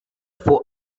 for